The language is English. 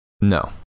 No